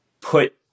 put